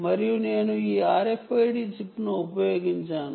మరియు నేను ఈ RFID చిప్ను ఉపయోగించాను